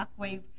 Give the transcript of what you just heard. Shockwave